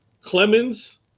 Clemens